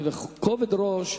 ובכובד-ראש,